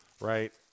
right